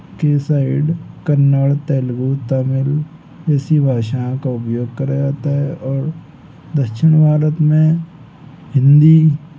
के साइड कन्नड तेलुगू तमिल इसी भाषाओं का उपयोग करा जाता है और दक्षिण भारत में हिंदी